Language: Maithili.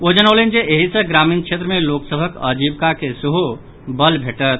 ओ जनौलनि जे एहि सॅ ग्रामीण क्षेत्र मे लोक सभक आजीविका के सेहो बल भेटत